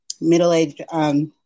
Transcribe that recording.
middle-aged